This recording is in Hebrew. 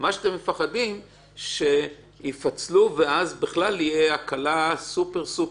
מה שאתם מפחדים הוא שיפצלו ואז בכלל תהיה הקלה סופר-סופר,